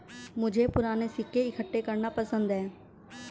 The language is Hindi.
मुझे पूराने सिक्के इकट्ठे करना पसंद है